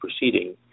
proceeding